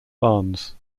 barnes